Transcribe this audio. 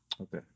Okay